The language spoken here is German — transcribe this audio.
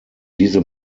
diese